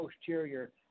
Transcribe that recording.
posterior